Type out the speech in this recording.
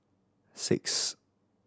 six